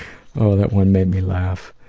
oh, that one made me laugh.